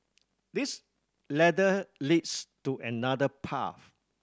this ladder leads to another path